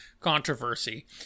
controversy